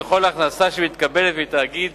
וכל הכנסה שמתקבלת מתאגיד